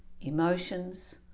emotions